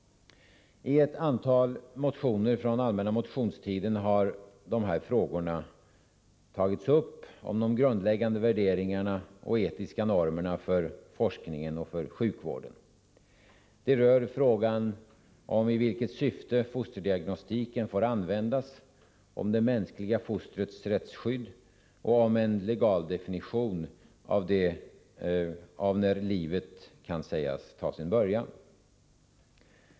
I ett antal motioner från allmänna motionstiden har dessa frågor om grundläggande värderingar och etiska normer för forskningen om sjukvården tagits upp. De rör frågan i vilket syfte fosterdiagnostiken får användas, om det mänskliga fostrets rättsskydd och om en legaldefinition av när livet kan sägas ta sin början.